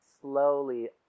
slowly